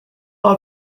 are